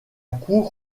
cour